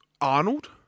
Arnold